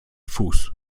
fuß